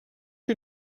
you